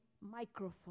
microphone